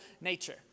nature